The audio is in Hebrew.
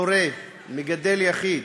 הורה מגדל יחיד),